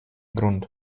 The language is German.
grund